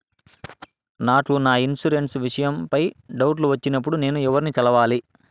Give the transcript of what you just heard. నాకు నా ఇన్సూరెన్సు విషయం పై డౌట్లు వచ్చినప్పుడు నేను ఎవర్ని కలవాలి?